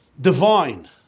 divine